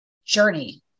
Journey